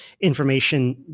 information